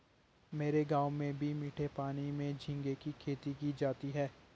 मेरे गांव में भी मीठे पानी में झींगे की खेती की जाती है